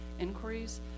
inquiries